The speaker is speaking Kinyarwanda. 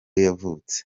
yavutse